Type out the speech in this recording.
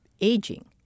aging